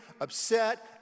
upset